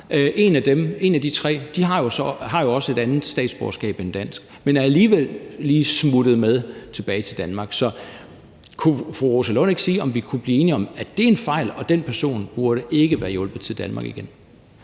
show, der nu går i gang – som også har et andet statsborgerskab end det danske, men alligevel lige er smuttet med tilbage til Danmark. Så kunne fru Rosa Lund ikke sige, om vi kunne blive enige om, at det er en fejl, og at den person ikke burde være blevet hjulpet til Danmark igen?